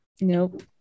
Nope